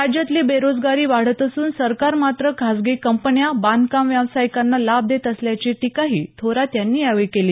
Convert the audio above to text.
राज्यातील बेरोजगारी वाढत असून सरकार मात्र खासगी कंपन्या बांधकाम व्यावसायिकांना लाभ देत असल्याची टीकाही थोरात यांनी यावेळी केली